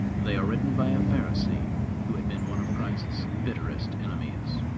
they are written by a pharisee who had been one of christ's bitterest enemies.